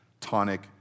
tonic